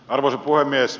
arvoisa puhemies